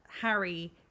Harry